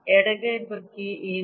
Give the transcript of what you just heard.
ಎಡಗೈ ಬಗ್ಗೆ ಹೇಗೆ